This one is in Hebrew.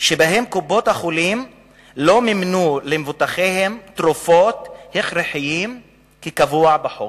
שבהם קופות-החולים לא מימנו למבוטחים תרופות הכרחיות כקבוע בחוק.